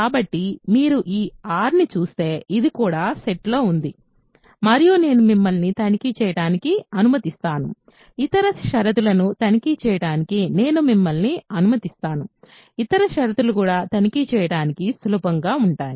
కాబట్టి మీరు ఈ R ని చూస్తే ఇది కూడా సెట్లో ఉంది మరియు నేను మిమ్మల్ని తనిఖీ చేయడానికి అనుమతిస్తాను ఇతర షరతులను తనిఖీ చేయడానికి నేను మిమ్మల్ని అనుమతిస్తాను ఇతర షరతులు కూడా తనిఖీ చేయడానికి సులభంగా ఉంటాయి